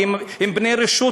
כי הם בני רשות,